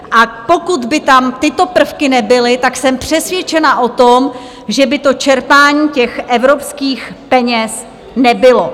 A pokud by tam tyto prvky nebyly, tak jsem přesvědčena o tom, že by to čerpání těch evropských peněz nebylo.